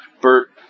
Bert